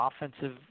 offensive